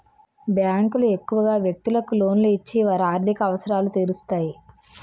బ్యాంకులు ఎక్కువగా వ్యక్తులకు లోన్లు ఇచ్చి వారి ఆర్థిక అవసరాలు తీరుస్తాయి